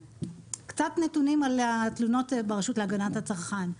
קצת נתונים על התלונות ברשות להגנת הצרכן.